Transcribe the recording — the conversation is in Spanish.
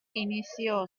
inició